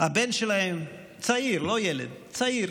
הבן שלהם, שהיה צעיר, לא ילד, צעיר,